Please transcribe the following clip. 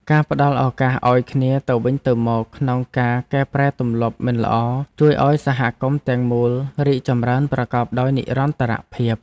ការផ្តល់ឱកាសឱ្យគ្នាទៅវិញទៅមកក្នុងការកែប្រែទម្លាប់មិនល្អជួយឱ្យសហគមន៍ទាំងមូលរីកចម្រើនប្រកបដោយនិរន្តរភាព។